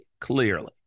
Clearly